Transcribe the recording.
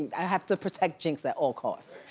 i have to protect jinx at all costs.